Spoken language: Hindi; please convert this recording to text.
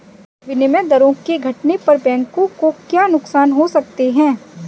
विनिमय दरों के घटने पर बैंकों को क्या नुकसान हो सकते हैं?